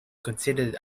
considered